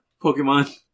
Pokemon